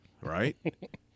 Right